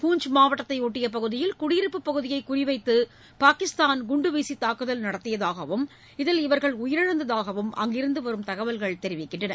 பூஞ்ச் மாவட்டத்தையொட்டிய பகுதியில் குடியிருப்பு பகுதியை குறிவைத்து பாகிஸ்தான் குண்டுவீசி தாக்குதல் நடத்தியதாகவும் இதில் இவர்கள் உயிரிழந்ததாகவும் அங்கிருந்து வரும் தகவல்கள் தெரிவிக்கின்றன